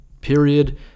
period